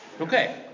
Okay